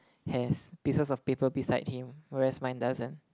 has pieces of paper beside him whereas mine doesn't